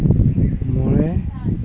ᱢᱚᱬᱮ